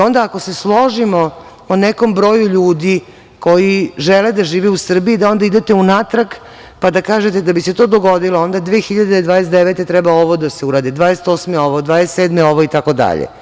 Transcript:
Onda, ako se složimo o nekom broju ljudi koji žele da žive u Srbiji da onda idete unatrag, pa da kažete da bi se to dogodilo onda 2029. godine treba ovo da se uradi, 2028. godine ovo, 2027. godine ovo, itd.